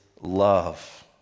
love